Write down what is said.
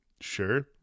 Sure